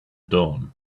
dawn